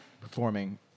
Performing